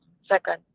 second